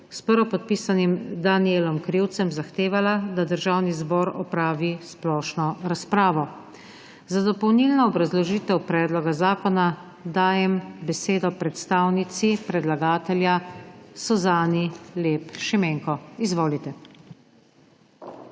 s prvopodpisanim Danijelom Krivcem zahtevala, da Državni zbor opravi splošno razpravo. Za dopolnilno obrazložitev Predloga zakona dajem besedo predstavniku predlagatelja kolegu gospodu Francu Brezniku. Izvolite!